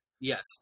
Yes